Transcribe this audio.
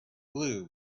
blue